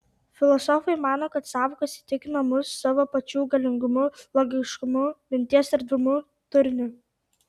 filosofai mano kad sąvokos įtikina mus savo pačių galingumu logiškumu minties erdvumu turiniu